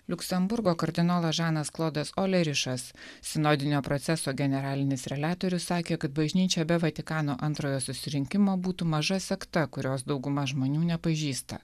liuksemburgo kardinolas žanas klodas olerišas sinodinio proceso generalinis reliatorius sakė kad bažnyčia be vatikano antrojo susirinkimo būtų maža sekta kurios dauguma žmonių nepažįsta